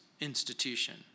institution